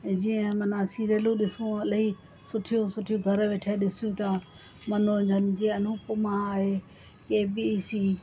ऐं जीअं मना सीरियलूं ॾिसूं इलाही सुठियूं सुठियूं घरु वेठे ॾिसूं ता मनोरंजन जीअं अनुपमा आहे के बी सी